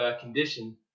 condition